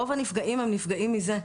רוב הנפגעים הם נפגעים מזה.